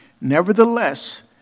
Nevertheless